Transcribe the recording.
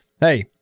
hey